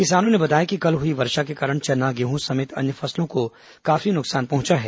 किसानों ने बताया कि कल हुई वर्षा के कारण चना गेहूं समेत अन्य फसलों को काफी नुकसान पहुंचा है